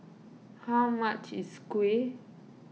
how much is Kuih